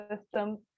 systems